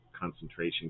concentration